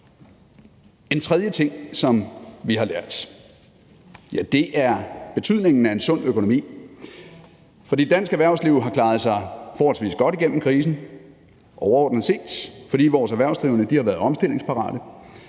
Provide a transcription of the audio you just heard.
En tredje ting, som vi har lært, ja, det er betydningen af en sund økonomi, for dansk erhvervsliv har klaret sig forholdsvis godt igennem krisen overordnet set, fordi vores erhvervsdrivende har været omstillingsparate,